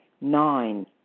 Nine